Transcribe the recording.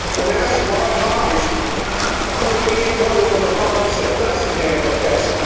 when asked why hives wouldn't be imported from a province that doesn't have the pest,